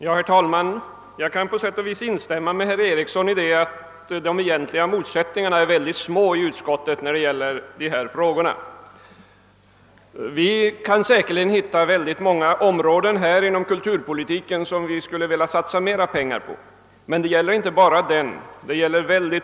Herr talman! Jag kan på sätt och vis instämma med herr Eriksson i Arvika då han sade att de egentliga motsättningarna i utskottet varit mycket små i de här frågorna. Säkerligen kan man finna många kulturpolitiska områden där det vore önskvärt att satsa mer pengar, men vi har inte bara att ta hänsyn till kulturpolitiken.